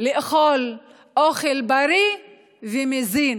לאכול אוכל בריא ומזין,